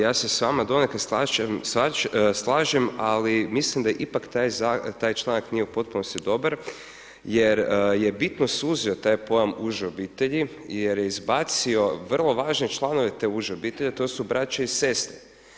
Ja se s vama donekle slažem, ali mislim da ipak taj članak nije u potpunosti dobar jer je bitno suzio taj pojam uže obitelji jer je izbacio vrlo važne članove te uže obitelji, a to su braća i sestre.